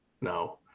no